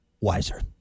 wiser